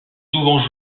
souvent